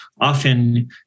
often